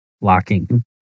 locking